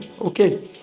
okay